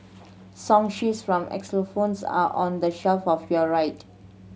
song sheets from xylophones are on the shelf of your right